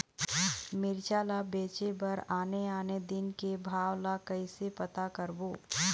मिरचा ला बेचे बर आने आने दिन के भाव ला कइसे पता करबो?